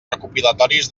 recopilatoris